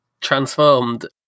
Transformed